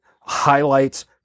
highlights